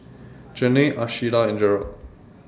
Janay Ashlea and Jerrad